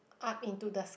up into the